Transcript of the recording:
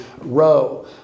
row